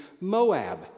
Moab